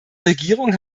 regierung